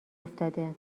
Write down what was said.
افتاده